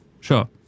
Sure